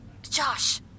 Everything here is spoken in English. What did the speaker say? Josh